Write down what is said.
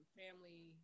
family